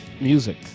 Music